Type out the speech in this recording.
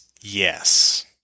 Yes